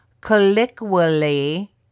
colloquially